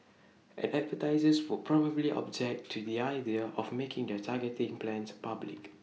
and advertisers would probably object to the idea of making their targeting plans public